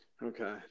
Okay